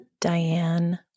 Diane